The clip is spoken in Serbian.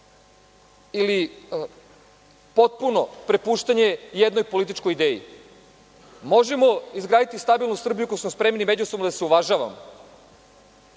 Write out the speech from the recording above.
ili potpuno prepuštanje jednoj političkoj ideji. Možemo izgraditi stabilnu Srbiju ako smo spremni međusobno da se uvažavamo